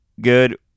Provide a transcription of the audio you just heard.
good